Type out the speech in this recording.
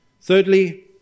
Thirdly